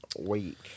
week